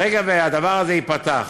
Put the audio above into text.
ברגע שהדבר הזה ייפתח